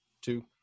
two